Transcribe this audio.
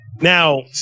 Now